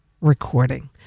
recording